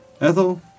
Ethel